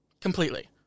completely